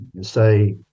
say